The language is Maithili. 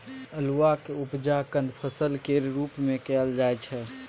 अल्हुआक उपजा कंद फसल केर रूप मे कएल जाइ छै